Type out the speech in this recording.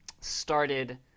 started